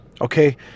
okay